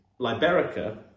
liberica